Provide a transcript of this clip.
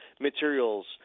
materials